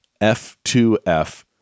F2F